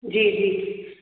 जी जी